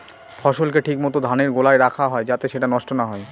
ফসলকে ঠিক মত ধানের গোলায় রাখা হয় যাতে সেটা নষ্ট না হয়